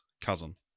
cousin